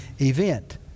event